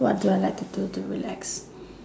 what do I like to do to relax